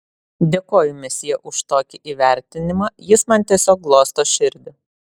dėkoju mesjė už tokį įvertinimą jis man tiesiog glosto širdį